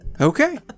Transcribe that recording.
Okay